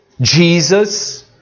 Jesus